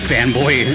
Fanboy